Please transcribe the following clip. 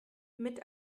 mit